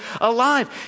alive